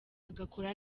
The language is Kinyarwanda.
agakora